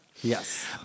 Yes